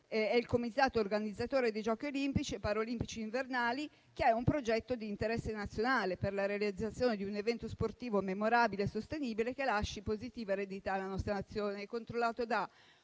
è il comitato organizzatore dei Giochi olimpici e paraolimpici invernali, che è un progetto di interesse nazionale per la realizzazione di un evento sportivo memorabile e sostenibile, che lasci positiva eredità alla nostra azione, controllato da